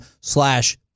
slash